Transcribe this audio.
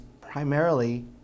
primarily